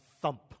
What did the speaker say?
thump